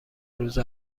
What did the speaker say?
روز